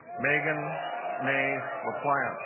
megan may laplante